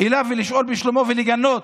אליו לשאול בשלומו ולגנות.